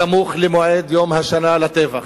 סמוך למועד יום השנה לטבח.